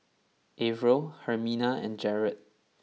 Arvel Hermina and Jarrad